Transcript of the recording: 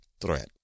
threat